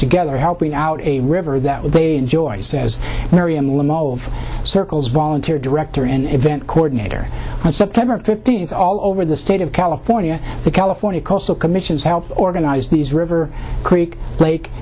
together helping out a river that they enjoy says marian limahl of circles volunteer director and event coordinator on september fifteenth all over the state of california the california coastal commission to help organize these river creek lake